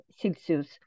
Celsius